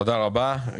תודה רבה.